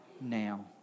now